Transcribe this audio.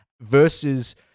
versus